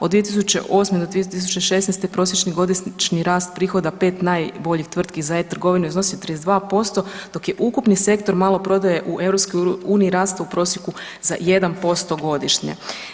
Od 2008. do 2016. prosječni godišnji rast prihoda 5 najboljih tvrtki za e-trgovinu je iznosi 32% dok je ukupni sektor maloprodaje u EU rastao u prosjeku za 1% godišnje.